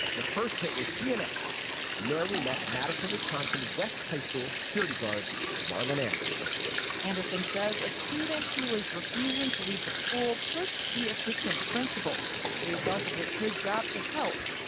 the first hit was cnn. and there we met madison wisconsin west high school security guard marlon anderson anderson says a student who was refusing to leave the school pushed the assistant principal so he felt it was his job to help.